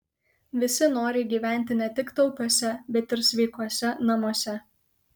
visi nori gyventi ne tik taupiuose bet ir sveikuose namuose